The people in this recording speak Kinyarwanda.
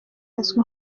azwi